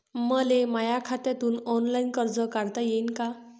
मले माया खात्यातून ऑनलाईन कर्ज काढता येईन का?